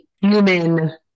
human